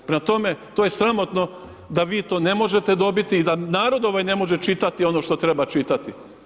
Prema tome, to je sramotno da vi to ne možete dobiti i da narod ovaj ne može čitati ono što treba čitati.